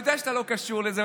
אני יודע שאתה לא קשור לזה,